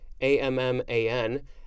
A-M-M-A-N